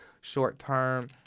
short-term